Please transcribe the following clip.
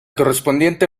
correspondiente